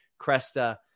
Cresta